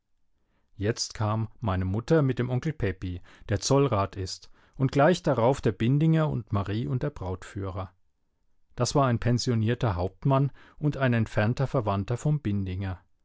jetzt kam meine mutter mit dem onkel pepi der zollrat ist und gleich darauf der bindinger und marie und der brautführer das war ein pensionierter hauptmann und ein entfernter verwandter vom bindinger